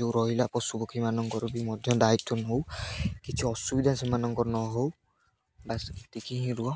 ଯେଉଁ ରହିଲା ପଶୁପକ୍ଷୀମାନଙ୍କର ବି ମଧ୍ୟ ଦାୟିତ୍ୱ ନଉ କିଛି ଅସୁବିଧା ସେମାନଙ୍କର ନ ହଉ ବାସ୍ ଏତିକି ହିଁ ରୁହ